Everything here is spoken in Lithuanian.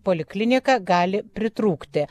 poliklinika gali pritrūkti